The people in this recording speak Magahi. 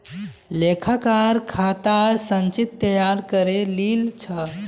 लेखाकार खातर संचित्र तैयार करे लील छ